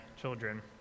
children